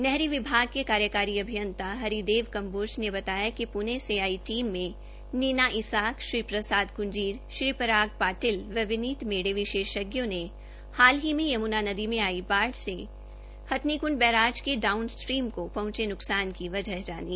नहरी विभाग के एक्सईएन हरिदेव कंबोज ने बताया कि पूने से आई टीम र्मे नीना इसाक श्री प्रसाद कंजीर श्री पराग पाटिल श्री विनित मेड़े विशेषों ने हाल ही में यमुना नदी में आई बाढ़ से हथनीकृंड बैराज के डाउन स्ट्रीम को पहंचे नुकसान की वजह जानी